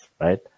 right